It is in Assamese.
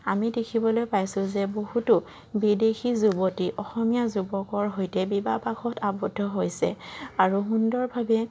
আমি দেখিবলৈ পাইছোঁ যে বহুতো বিদেশী যুৱতী অসমীয়া যুৱকৰ সৈতে বিবাহপাশত আৱদ্ধ হৈছে আৰু সুন্দৰভাৱে